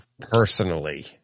personally